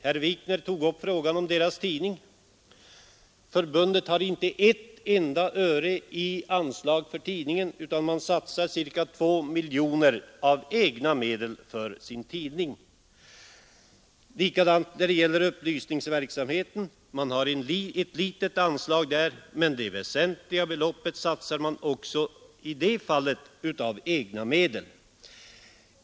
Herr Wikner tog upp den frågan, men förbundet har inte ett enda öre i anslag för tidningen, utan det satsar ca 2 miljoner av egna medel för sin tidning. Likadant är det när det gäller upplysningsverksamheten: man har ett litet anslag, men det väsentliga beloppet satsas också i det fallet av egna medel.